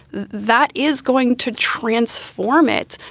that is going to transform it.